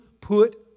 put